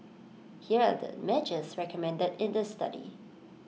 here are the measures recommended in the study